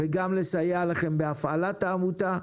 וגם לסייע לכם בהפעלת העמותה,